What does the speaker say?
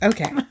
Okay